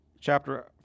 Chapter